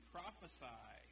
Prophesy